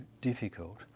difficult